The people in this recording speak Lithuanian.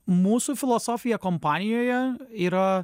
mūsų filosofija kompanijoje yra